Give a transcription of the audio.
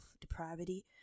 depravity